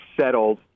settled